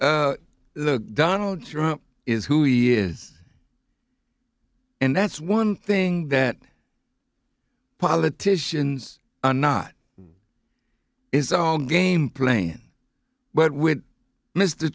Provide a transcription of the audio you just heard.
y donald trump is who he is and that's one thing that politicians are not is all game playing but with mr